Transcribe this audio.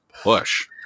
push